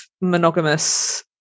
monogamous